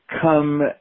come